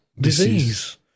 disease